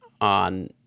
on